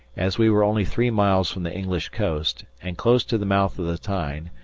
as we were only three miles from the english coast, and close to the mouth of the tyne,